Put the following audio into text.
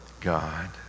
God